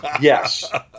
Yes